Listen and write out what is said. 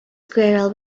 squirrel